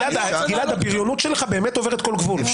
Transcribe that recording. גלעד, הבריונות בנושא הזה עוברת כל גבול.